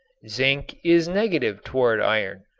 zinc is negative toward iron,